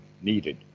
needed